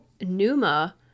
Numa